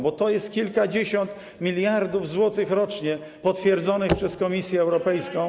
Bo to jest kilkadziesiąt miliardów złotych rocznie potwierdzonych przez Komisję Europejską.